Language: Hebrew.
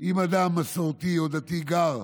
אדם מסורתי או דתי גר,